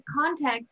context